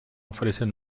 ofrecen